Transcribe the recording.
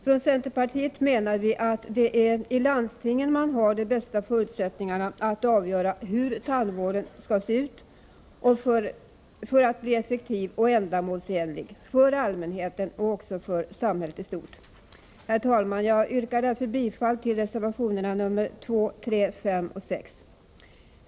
Från centerpartiets sida menar vi att det är i landstingen man har de bästa förutsättningarna att avgöra hur tandvården skall se ut för att bli effektiv och ändamålsenlig — för allmänheten och även för samhället i stort. Herr talman! Jag yrkar bifall till reservationerna 2, 3, 5 och 6.